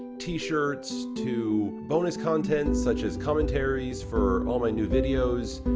t-shirts to bonus content, such as commentaries for all my new videos,